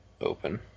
open